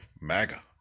MAGA